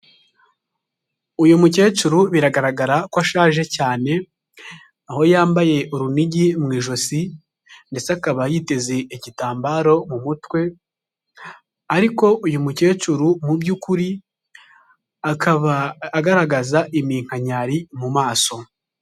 Uyu mukecuru biragaragara ko ashaje cyane, aho yambaye urunigi mu ijosi ndetse akaba yiteze igitambaro mu mutwe, ariko uyu mukecuru mu by'ukuri akaba agaragaza iminkanyari mu maso.